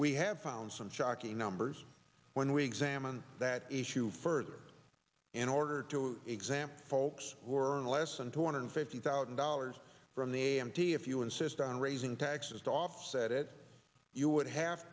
we have found some shocking numbers when we examine that issue further in order to exam folks who are earning less than two hundred fifty thousand dollars from the a m t if you insist on raising taxes to offset it you would have